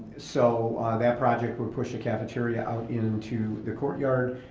so that project would push the cafeteria out into the courtyard,